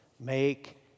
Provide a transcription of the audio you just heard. make